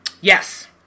Yes